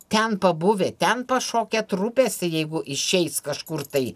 ten pabuvę ten pašokę trupėse jeigu išeis kažkur tai